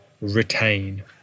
retain